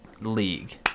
league